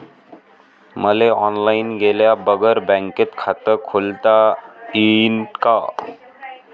मले ऑनलाईन गेल्या बगर बँकेत खात खोलता येईन का?